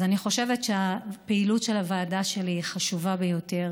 אז אני חושבת שהפעילות של הוועדה שלי היא חשובה ביותר.